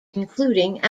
including